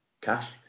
cash